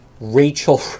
Rachel